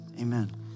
Amen